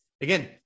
Again